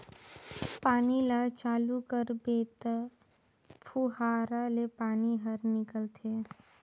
पानी ल चालू करबे त फुहारा ले पानी हर निकलथे